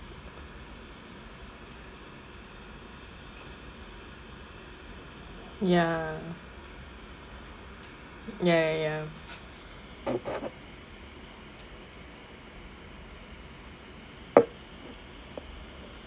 ya ya ya ya